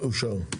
אושר.